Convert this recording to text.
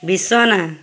বিছনা